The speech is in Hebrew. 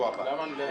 ערבים,